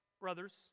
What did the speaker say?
brothers